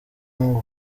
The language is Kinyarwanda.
ngo